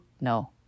...no